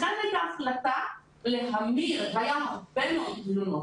לכן הייתה החלטה להמיר והיו הרבה מאוד תלונות,